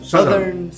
Southern